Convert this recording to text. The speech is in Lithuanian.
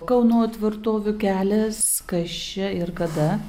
kauno tvirtovių kelias kas čia